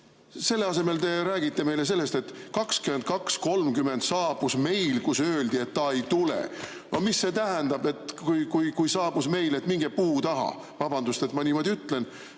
oli takistus, räägite te meile sellest, et 22.30 saabus meil, kus öeldi, et ta ei tule. No mis see tähendab? Et kui saabus meil, siis minge puu taha? Vabandust, et ma niimoodi ütlen,